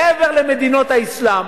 מעבר למדינות האסלאם,